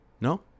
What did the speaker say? No